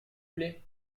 plait